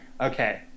Okay